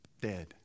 dead